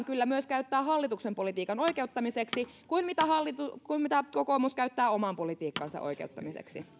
kyllä myös käyttää hallituksen politiikan oikeuttamiseksi kuin mitä kokoomus käyttää oman politiikkansa oikeuttamiseksi